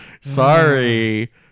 Sorry